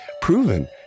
proven